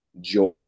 joy